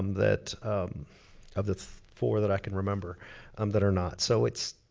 that of the four that i can remember um that are not. so it's.